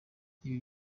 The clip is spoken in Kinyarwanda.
ibi